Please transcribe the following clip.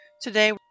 Today